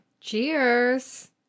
Cheers